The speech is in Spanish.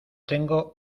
tengo